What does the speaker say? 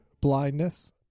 blindness